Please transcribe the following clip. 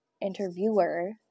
interviewer